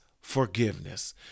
forgiveness